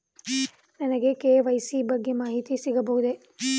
ನನಗೆ ಕೆ.ವೈ.ಸಿ ಬಗ್ಗೆ ಮಾಹಿತಿ ಸಿಗಬಹುದೇ?